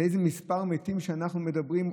על איזה מספר מתים אנחנו מדברים,